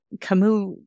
Camus